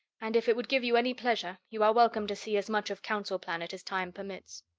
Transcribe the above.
and if it would give you any pleasure, you are welcome to see as much of council planet as time permits.